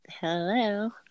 Hello